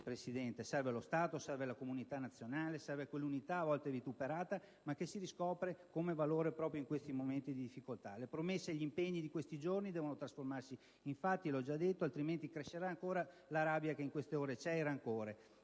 la voce. Serve lo Stato, serve la comunità nazionale, serve quell'unità, a volte vituperata, che si riscopre come valore proprio in questi momenti di difficoltà. Le promesse e gli impegni di questi giorni devono trasformarsi in fatti, altrimenti cresceranno ancora la rabbia e il rancore